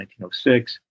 1906